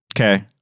Okay